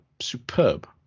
superb